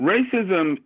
Racism